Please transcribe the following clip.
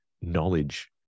knowledge